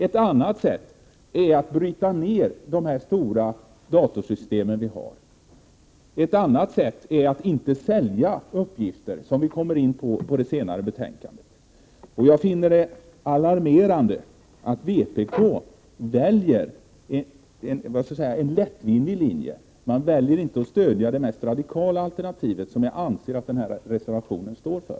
Ett annat sätt är att bryta ned de stora dataregistren. Ytterligare ett sätt är att inte sälja uppgifter, vilket vi kommer in på i det senare betänkandet. Jag finner det alarmerande att vpk väljer en lättvindig linje. Man väljer inte att stödja det mest radikala alternativet, som jag anser att reservationen står för.